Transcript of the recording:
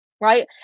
right